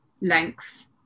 length